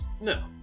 no